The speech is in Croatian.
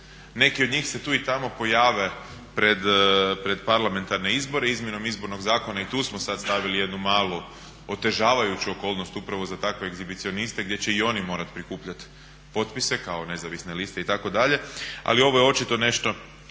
Neki od njih se tu i tamo pojave pred parlamentarne izbore izmjenom Izbornog zakona i tu smo sada stavili jednu malu otežavajuću okolnost upravo za takve egzibicioniste gdje će i oni morati prikupljati potpise kao nezavisne liste itd. ali ovo je očito nešto